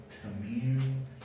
commune